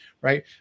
Right